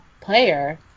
player